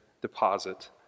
deposit